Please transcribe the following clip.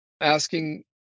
Asking